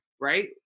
right